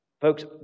Folks